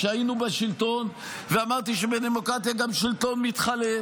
כשהיינו בשלטון ואמרתי שבדמוקרטיה גם שלטון מתחלף,